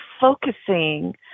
focusing